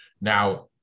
Now